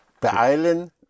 Beeilen